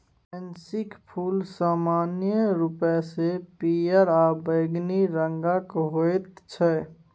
पैंसीक फूल समान्य रूपसँ पियर आ बैंगनी रंगक होइत छै